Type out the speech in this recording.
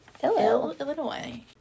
Illinois